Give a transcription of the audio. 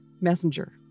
messenger